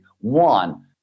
one